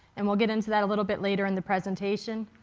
and we'll get into that a little bit later in the presentation.